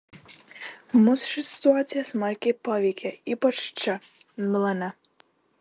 mus ši situacija smarkiai paveikė ypač čia milane